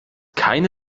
keine